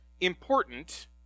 important